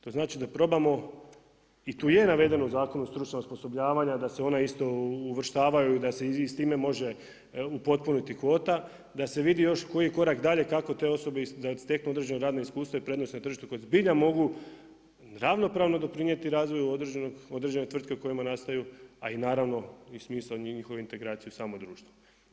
To znači da probamo i tu je navedeno u zakonu stručno osposobljavanje da se ona isto uvrštavaju i da se i s time može upotpuniti kvota, da se vidi još koji korak dalje kako te osobe da steknu određeno radno iskustvo i prednost na tržištu koje zbilja mogu ravnopravno doprinijeti razvoju određene tvrtke u kojoj nastaju a i naravno i smisao njihove integracije u samo društvo.